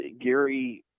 Gary –